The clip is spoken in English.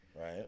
Right